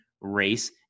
race